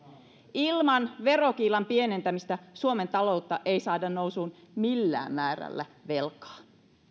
ilman verokiilan pienentämistä suomen taloutta ei saada nousuun millään määrällä velkaa